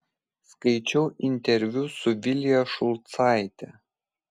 skaičiau interviu su vilija šulcaite